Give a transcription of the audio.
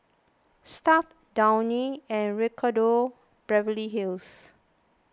Stuff'd Downy and Ricardo Beverly Hills